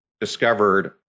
discovered